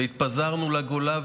והתפזרנו לגולה,